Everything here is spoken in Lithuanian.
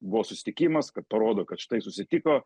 buvo susitikimas kad parodo kad štai susitiko